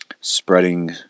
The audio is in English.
spreading